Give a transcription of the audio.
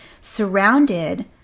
surrounded